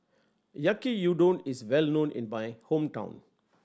Yaki Udon is well known in my hometown